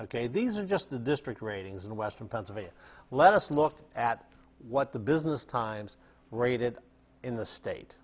ok these are just the district ratings in western pennsylvania let us look at what the business times rated in the state